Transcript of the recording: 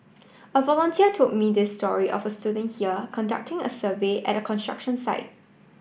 a volunteer told me this story of student here conducting a survey at a construction site